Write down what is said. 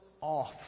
off